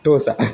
dosa